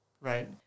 Right